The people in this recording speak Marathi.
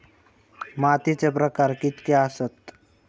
मातीचे प्रकार कितके आसत?